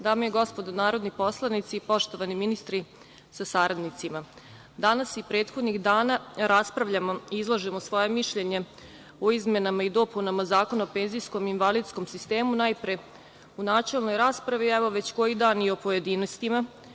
Dame i gospodo narodni poslanici, poštovani ministri sa saradnicima, danas i prethodnih dana raspravljamo i izlažemo svoje mišljenje o izmenama i dopunama Zakona o penzijskom i invalidskom sistemu, najpre u načelnoj raspravi, a evo, već koji dan i u pojedinostima.